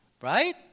right